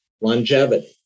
longevity